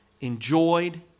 enjoyed